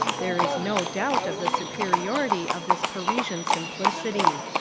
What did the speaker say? there is no doubt of the superiority of this parisian simplicity.